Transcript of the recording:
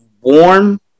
warm